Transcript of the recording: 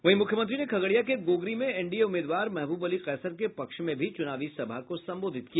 वहीं मुख्यमंत्री ने खगड़िया के गोगरी में एनडीए उम्मीदवार महबूब अली कैसर के पक्ष में भी चुनावी सभा को संबोधित किया